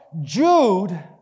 Jude